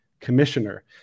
commissioner